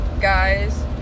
guys